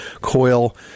coil